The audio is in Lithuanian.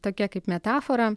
tokia kaip metafora